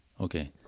Okay